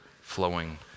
flowing